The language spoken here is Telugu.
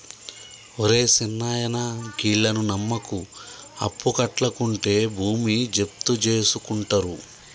ఒరే సిన్నాయనా, గీళ్లను నమ్మకు, అప్పుకట్లకుంటే భూమి జప్తుజేసుకుంటరు